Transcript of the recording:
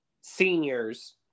seniors